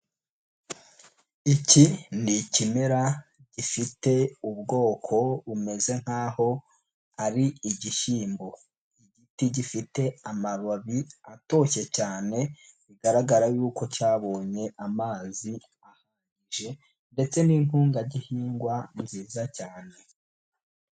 Iki ni ikimera gifite ubwoko bumeze nkaho ari igishyimbo, igiti gifite amababi atoshye cyane bigaragara yuko cyabonye amazi ahagije ndetse n'intungagihingwa nziza cyane.